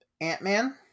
Ant-Man